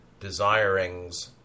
desirings